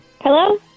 Hello